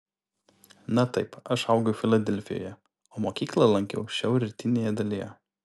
na taip aš augau filadelfijoje o mokyklą lankiau šiaurrytinėje dalyje